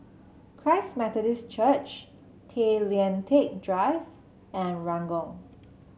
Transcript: Christ Methodist Church Tay Lian Teck Drive and Ranggung